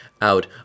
out